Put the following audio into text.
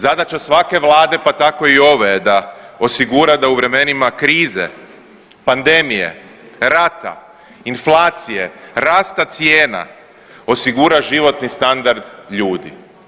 Zadaća svake vlade pa tako i ove je da osigura da u vremenima krize, pandemije, rata, inflacije, rasta cijena osigura životni standard ljudi.